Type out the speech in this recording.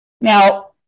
now